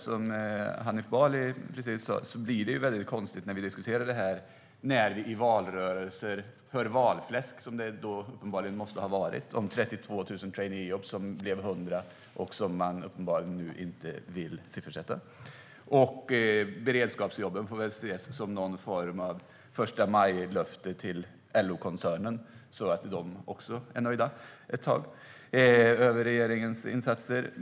Som Hanif Bali sa blir det konstigt när vi diskuterar detta. Det som sas i valrörelsen om 32 000 traineejobb men som blev 100 måste uppenbarligen ha varit valfläsk. Och nu vill man uppenbarligen inte ange någon siffra för detta. Beredskapsjobben får väl ses som någon form av första maj-löfte till LO-koncernen, så att de också är nöjda ett tag med regeringens insatser.